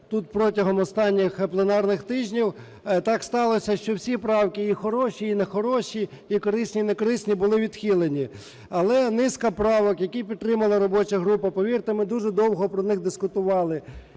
тут протягом останніх пленарних тижнів, так сталося, що всі правки – і хороші, і нехороші, і користі, і некорисні – були відхилені. Але низка правок, які підтримала робоча група, повірте, ми дуже довго про них дискутували